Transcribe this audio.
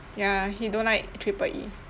ya he don't like triple E